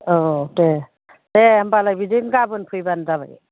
औ दे दे होमब्लालाय बिदिनो गाबोन फैब्लानो जाबाय